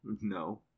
No